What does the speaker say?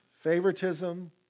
favoritism